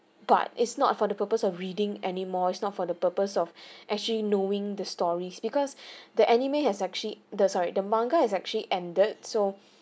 but it's not for the purpose of reading anymore it's not for the purpose of actually knowing the stories because the anime has actually the sorry the manga has actually ended so